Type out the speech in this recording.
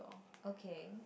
okay